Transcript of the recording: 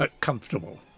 comfortable